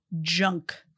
Junk